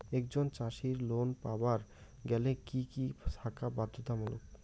একজন চাষীর লোন পাবার গেলে কি কি থাকা বাধ্যতামূলক?